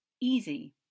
easy